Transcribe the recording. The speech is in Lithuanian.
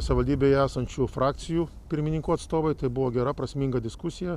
savivaldybėje esančių frakcijų pirmininkų atstovai tai buvo gera prasminga diskusija